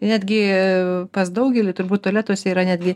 netgi pas daugelį turbūt tualetuose yra netgi